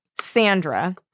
Sandra